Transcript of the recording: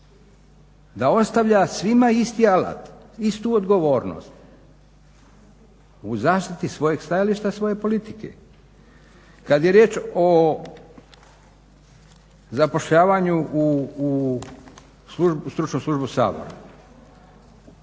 da ostavlja svima isti alat, istu odgovornost u zaštiti svojih stajališta i svoje politike. Kad je riječ o zapošljavanju u Stručnu službu Sabora